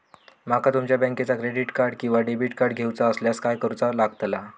माका तुमच्या बँकेचा क्रेडिट कार्ड किंवा डेबिट कार्ड घेऊचा असल्यास काय करूचा लागताला?